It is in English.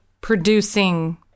producing